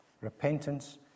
Repentance